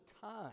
time